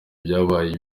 byabaye